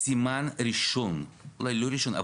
סימן ראשון לא ראשון,